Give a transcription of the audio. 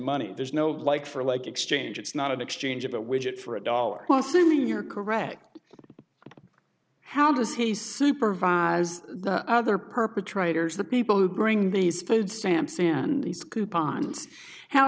money there's no like for like exchange it's not an exchange of a widget for a dollar lawsuit you're correct how does he supervise the other perpetrators the people who bring these food stamps and these coupons how